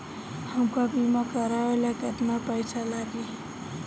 हमका बीमा करावे ला केतना पईसा लागी?